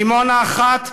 דימונה אחת,